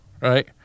right